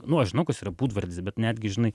nu aš žinau kas yra būdvardis bet netgi žinai